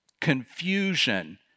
confusion